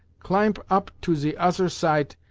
climp op to ze oser site,